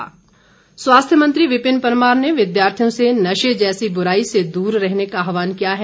विपिन परमार स्वास्थ्य मंत्री विपिन परमार ने विद्यार्थियों से नशे जैसी बुराई से दूर रहने का आहवान किया है